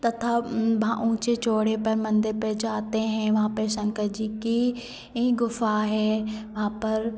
तथा ऊँचे चौड़े पर मन्दिर पर जाते हैं वहाँ पर शंकर जी की गुफ़ा है वहाँ पर